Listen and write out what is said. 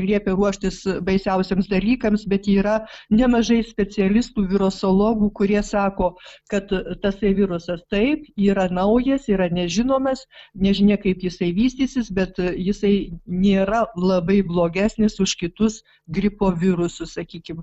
liepia ruoštis baisiausiems dalykams bet yra nemažai specialistų virosologų kurie sako kad tasai virusas taip yra naujas yra nežinomas nežinia kaip jisai vystysis bet jisai nėra labai blogesnis už kitus gripo virusus sakykim